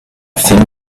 think